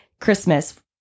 Christmas